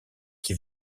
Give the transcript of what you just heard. qui